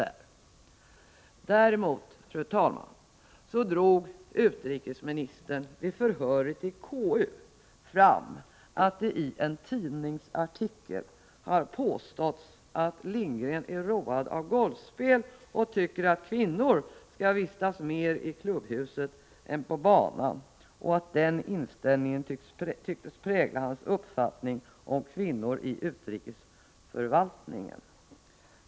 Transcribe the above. Däremot, fru talman, drog utrikesministern vid förhöret i KU fram att det i en tidningsartikel har påståtts att Lindgren är road av golfspel och tycker att kvinnor skall vistas mer i klubbhuset än på banan och att den inställningen tycktes prägla hans uppfattning om kvinnor i utrikesförvaltningen.